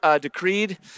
decreed